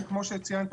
כמו שציינת,